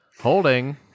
Holding